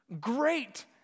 Great